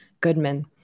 Goodman